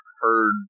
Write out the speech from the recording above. heard